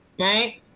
right